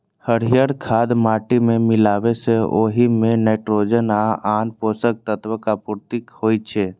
हरियर खाद माटि मे मिलाबै सं ओइ मे नाइट्रोजन आ आन पोषक तत्वक आपूर्ति होइ छै